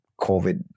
COVID